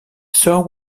sir